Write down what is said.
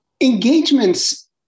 engagement's